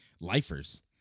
lifers